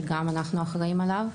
וגם עליו אנחנו אחראים.